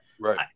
Right